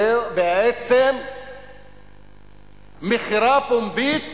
זו בעצם מכירה פומבית